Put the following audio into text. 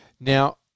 now